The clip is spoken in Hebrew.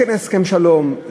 כן הסכם שלום,